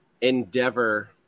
Endeavor